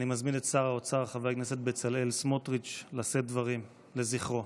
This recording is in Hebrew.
אני מזמין את שר האוצר חבר הכנסת בצלאל סמוטריץ' לשאת דברים לזכרו.